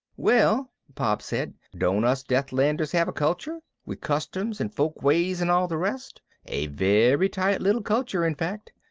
well, pop said, don't us deathlanders have a culture? with customs and folkways and all the rest? a very tight little culture, in fact.